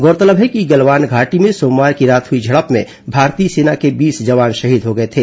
गौरतलब है कि गलवान घाटी में सोमवार की रात हुई झड़प में भारतीय सेना के बीस जवान शहीद हो गए थे